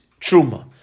truma